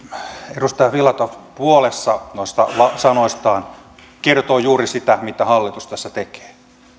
edustaja filatov puolessa noista sanoistaan kertoi juuri sitä mitä hallitus tässä tekee